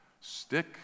Stick